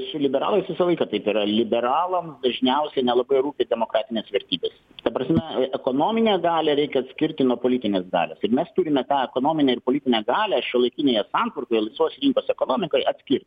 su liberalais visą laiką taip yra liberalams dažniausiai nelabai rūpi demokratinės vertybės ta prasme ekonominę galią reikia atskirti nuo politinės galios mes turime tą ekonominę ir politinę galią šiuolaikinėje santvarkoje visos rinkos ekonomikoj atskirt